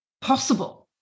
possible